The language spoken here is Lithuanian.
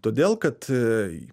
todėl kad